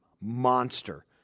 monster